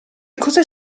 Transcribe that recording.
cosa